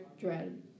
dread